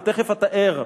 ותיכף אתאר.